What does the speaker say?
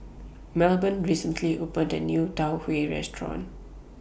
Melbourne recently opened A New Tau Huay Restaurant